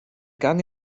gang